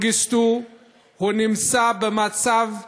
האזרח אברה מנגיסטו נמצא במצב קשה,